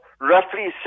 roughly